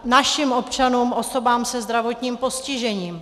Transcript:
Našim občanům, osobám se zdravotním postižením.